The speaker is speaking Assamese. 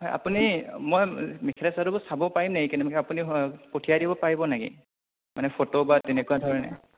হয় আপুনি মই মেখেলা চাদৰবোৰ চাব পাৰিম নেকি কেনেবাকৈ আপুনি পঠিয়াই দিব পাৰিব নেকি মানে ফটো বা তেনেকুৱা ধৰণে